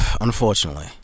Unfortunately